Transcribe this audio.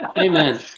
Amen